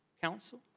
council